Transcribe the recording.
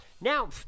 Now